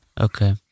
Okay